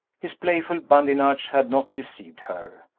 his playful badinage had not deceived her.